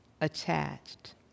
Attached